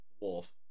Wolf